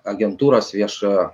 agentūros viešojo